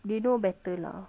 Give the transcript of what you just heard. they know better lah